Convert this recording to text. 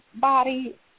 body